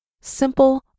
Simple